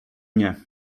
nie